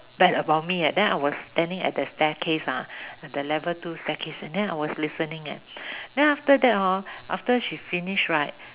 bad about me leh then I was standing at the staircase ah at the level two staircase and then I was listening leh then after that hor after she finish right